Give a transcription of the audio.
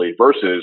versus